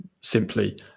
simply